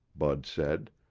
bud said,